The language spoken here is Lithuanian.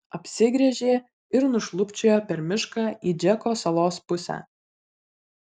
apsigręžė ir nušlubčiojo per mišką į džeko salos pusę